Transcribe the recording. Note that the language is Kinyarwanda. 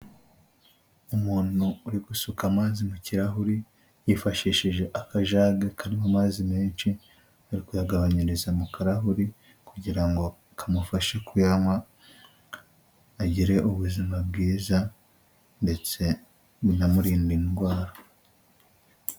Umuntu uri gusuka amazi mu kirahure yifashishije akajage karimo amazi menshi ari kuyagabanyiriza mu karahuri kugira ngo kamufashe kuyanywa agire ubuzima bwiza ndetse binamurinde indwara.